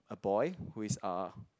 a boy who is uh